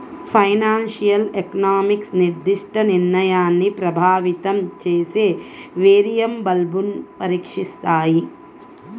financial economics నిర్దిష్ట నిర్ణయాన్ని ప్రభావితం చేసే వేరియబుల్స్ను పరీక్షిస్తాయి